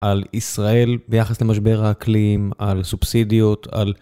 על ישראל ביחס למשבר האקלים, על סובסידיות, על...